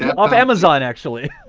yeah off amazon actually.